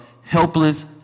helpless